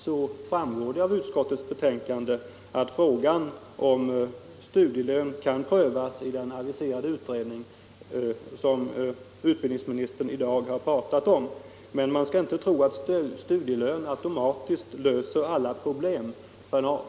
Det framgår av utskottets betänkande att frågan om studielön kan prövas i den aviserade utredning som utbildningsministern i dag har pratat om. Men man skall inte tro att studielön automatiskt löser alla problem.